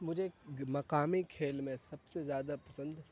مجھے مقامی کھیل میں سب سے زیادہ پسند